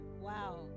Wow